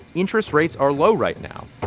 interest rates are low right now.